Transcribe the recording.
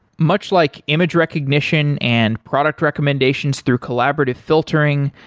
much like image recognition and product recommendations through collaborative filtering,